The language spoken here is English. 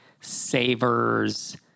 savers